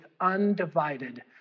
undivided